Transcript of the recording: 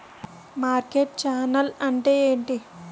Market channel అంటే ఏంటి?